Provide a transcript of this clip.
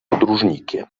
podróżnikiem